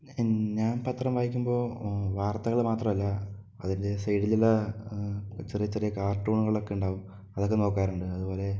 ഞാൻ പത്രം വായിക്കുമ്പോൾ വാർത്തകൾ മാത്രമല്ല അതിൻ്റെ സൈഡിലുള്ള ചെറിയ ചെറിയ കാർട്ടൂണുകളൊക്കെ ഉണ്ടാകും അതൊക്കെ നോക്കാറുണ്ട് അതുപോലെ